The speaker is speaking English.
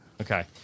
Okay